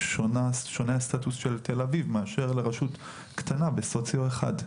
הסטאטוס של תל-אביב שונה מאשר רשות קטנה בסוציו-1,